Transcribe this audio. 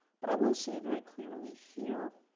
but i will say very clearly here,